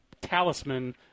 talisman